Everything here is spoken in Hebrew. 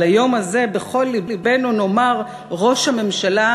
אבל היום הזה בכל לבנו נאמר: ראש הממשלה,